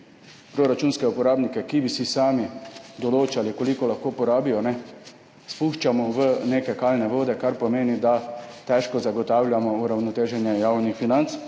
proračunske uporabnike, ki bi si sami določali, koliko lahko porabijo, spuščamo v neke kalne vode, kar pomeni, da težko zagotavljamo uravnoteženje javnih financ.